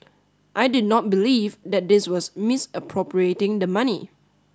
I did not believe that was misappropriating the money